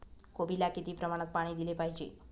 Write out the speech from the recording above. कोबीला किती प्रमाणात पाणी दिले पाहिजे?